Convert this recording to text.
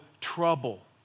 trouble